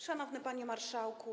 Szanowny Panie Marszałku!